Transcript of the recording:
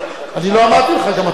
אני לא אמרתי לך, גם אתה.